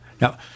Now